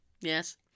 Yes